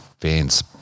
fans